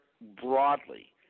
broadly